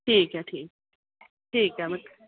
ठीक ऐ ठीक ठीक ऐ